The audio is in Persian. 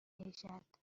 کشد